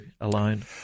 alone